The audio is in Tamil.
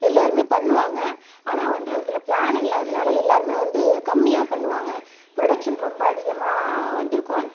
எல்லாருமே பண்ணுவாங்கள் ஆனால் வந்து அதில் பிளான் இல்லாததனால எல்லாருமே வந்து கம்மியாக பண்ணுவாங்கள் ப்ரொடக்ஷன் ரொம்ப அதிகமாக வந்திருக்கும்